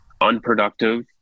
unproductive